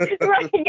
Right